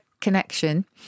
connection